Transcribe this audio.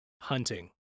hunting